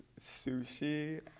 sushi